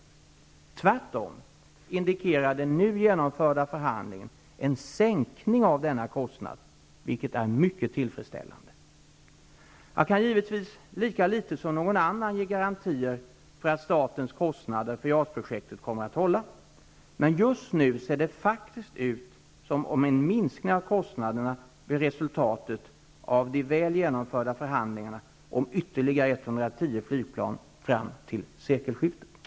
Tvärtom indikerar den nu genomförda förhandlingen en sänkning av denna kostnad, vilket är mycket tillfredsställande. Jag kan givetvis lika litet som någon annan ge garantier för att statens kostnader för JAS projektet kommer att hålla, men just nu ser det faktiskt ut som om en minskning av kostnaderna blir resultatet av de väl genomförda förhandlingarna om ytterligare 110 flygplan fram till sekelskiftet.